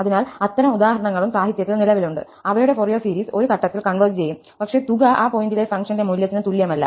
അതിനാൽ അത്തരം ഉദാഹരണങ്ങളും സാഹിത്യത്തിൽ നിലവിലുണ്ട് അവയുടെ ഫൊറിയർ സീരീസ് ഒരു ഘട്ടത്തിൽ കൺവെർജ് ചെയ്യും പക്ഷേ തുക ആ പോയിന്റിലെ ഫംഗ്ഷന്റെ മൂല്യത്തിന് തുല്യമല്ല